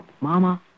Mama